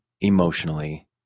emotionally